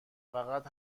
فقط